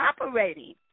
operating